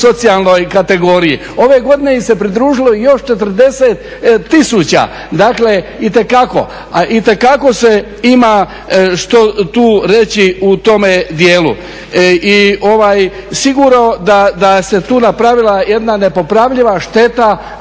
Ove godine im se pridružilo još 40 tisuća, dakle itekako, a itekako se ima što tu reći u tome dijelu. I sigurno da se tu napravila jedna nepopravljiva šteta,